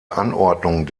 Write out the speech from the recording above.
anordnung